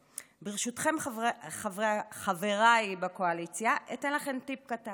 ברשותכם, חבריי בקואליציה, אתן לכם טיפ קטן.